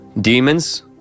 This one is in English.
demons